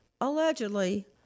allegedly